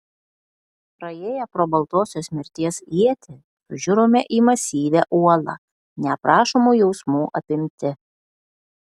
praėję pro baltosios mirties ietį sužiurome į masyvią uolą neaprašomų jausmų apimti